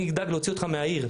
אני אדאג להוציא אותך מהעיר,